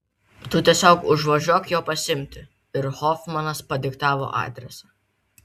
tu tiesiog užvažiuok jo pasiimti ir hofmanas padiktavo adresą